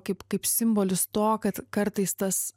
kaip kaip simbolis to kad kartais tas